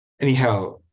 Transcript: anyhow